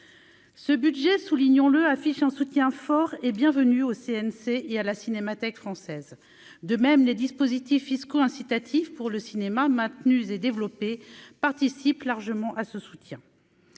ce budget, soulignant le affiche un soutien fort et bienvenue au CNC et à la cinémathèque française, de même les dispositifs fiscaux incitatifs pour le cinéma maintenu et développé participent largement à ce soutien